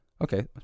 okay